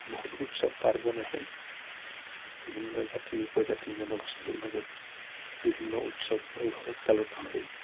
বহুত উৎসৱ পাৰ্বণ আহে বিভিন্ন জাতি উপজাতি জনগোষ্ঠীৰ মাজত বিভিন্ন উৎসৱ এই শৰৎ কালত হয়